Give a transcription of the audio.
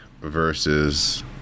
versus